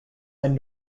and